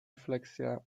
refleksja